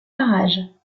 parages